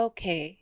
Okay